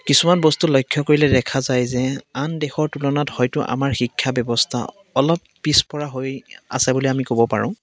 কিছুমান বস্তু লক্ষ্য কৰিলে দেখা যায় যে আন দেশৰ তুলনাত হয়তো আমাৰ শিক্ষা ব্যৱস্থা অলপ পিচপৰা হৈ আছে বুলি আমি ক'ব পাৰোঁ